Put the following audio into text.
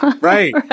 Right